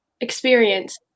experience